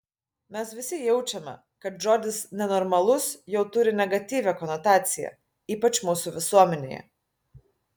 mes visi jaučiame kad žodis nenormalus jau turi negatyvią konotaciją ypač mūsų visuomenėje